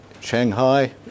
Shanghai